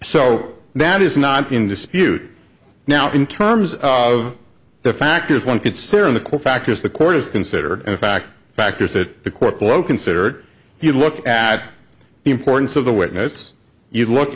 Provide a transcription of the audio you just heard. so that is not in dispute now in terms of the factors one concern the core factors the court has considered in fact factors that the court below considered you look at the importance of the witness you look